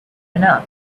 enough